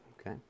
okay